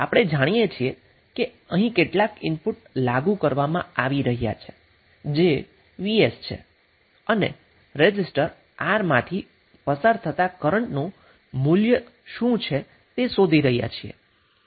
આપણે જાણીએ છીએ કે અહીં કેટલાક ઇનપુટ લાગુ કરવામાં આવી રહ્યા છે જે vs છે અને આપણે રેઝિસ્ટર R માંથી પસાર થતાં કરન્ટ નું મૂલ્ય શું છે તે શોધી રહ્યા છીએ